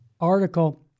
article